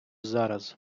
зараз